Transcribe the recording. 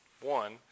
One